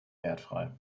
wertfrei